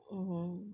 mmhmm